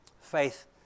Faith